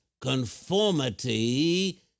conformity